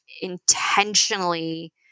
intentionally